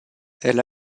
elle